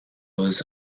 was